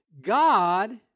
God